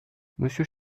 monsieur